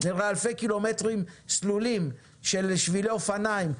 נראה אלפי קילומטרים סלולים של שבילי אופניים,